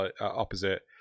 opposite